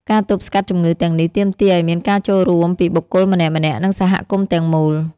ការទប់ស្កាត់ជំងឺទាំងនេះទាមទារឲ្យមានការចូលរួមពីបុគ្គលម្នាក់ៗ និងសហគមន៍ទាំងមូល។